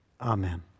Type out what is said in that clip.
Amen